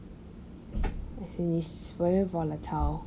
as in it's very volatile